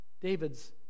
David's